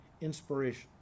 inspiration